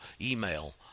email